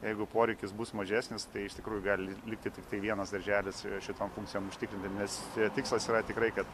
jeigu poreikis bus mažesnis tai iš tikrųjų gali likti tiktai vienas darželis šitom funkcijom užtikrinti nes tikslas yra tikrai kad